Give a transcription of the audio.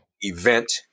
event